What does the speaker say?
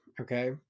Okay